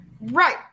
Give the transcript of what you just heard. right